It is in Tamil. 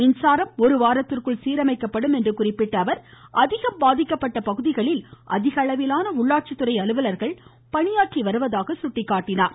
மின்சாரம் ஒருவாரத்திற்குள் சீரமைக்கப்படும் என குறிப்பிட்ட அவர் அதிகம் பாதிக்கப்பட்ட பகுதிகளில் அதிக அளவிலான உள்ளாட்சித்துறை அலுவலர்கள் பணியாற்றி வருவதாக கூறினார்